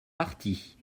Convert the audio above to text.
parti